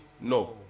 No